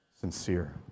sincere